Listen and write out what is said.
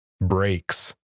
breaks